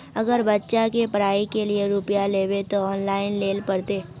अगर बच्चा के पढ़ाई के लिये रुपया लेबे ते ऑनलाइन लेल पड़ते?